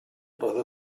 roedd